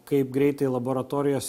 kaip greitai laboratorijos